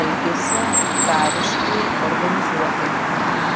elgėsi kariškai organizuotai